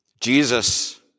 Jesus